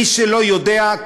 מי שלא יודע,